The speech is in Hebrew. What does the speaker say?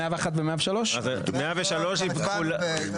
הסתייגויות 101 ו-103 הן פסולות ולכן יימחקו.